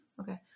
okay